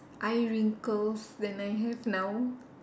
eye wrinkles than I have now